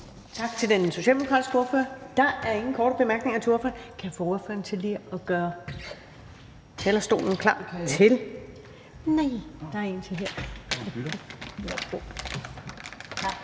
Tak til den socialdemokratiske ordfører. Der er ingen korte bemærkninger til ordføreren. Kan jeg få ordføreren til lige at gøre talerstolen klar til den næste?